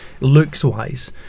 looks-wise